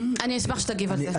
אני אשמח שתגיב על זה.